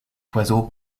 oiseau